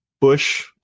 Bush